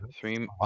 Three